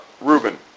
Reuben